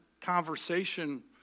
conversation